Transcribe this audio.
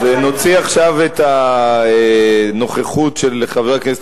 נוציא עכשיו את הנוכחות של חבר הכנסת